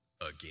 again